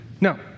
No